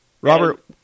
Robert